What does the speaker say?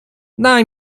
daj